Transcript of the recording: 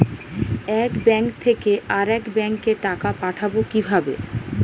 এক ব্যাংক থেকে আরেক ব্যাংকে টাকা পাঠাবো কিভাবে?